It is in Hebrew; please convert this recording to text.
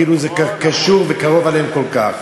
כאילו זה קשור וקרוב אליהם כל כך.